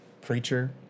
preacher